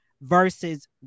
Versus